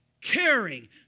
caring